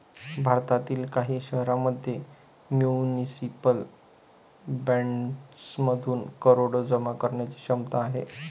भारतातील काही शहरांमध्ये म्युनिसिपल बॉण्ड्समधून करोडो जमा करण्याची क्षमता आहे